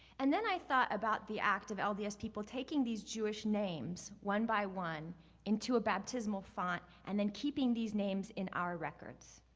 and then i thought about the act of lds people taking these jewish names one by one into a baptismal font and then keeping these names in our records.